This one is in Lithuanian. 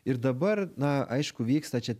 ir dabar na aišku vyksta čia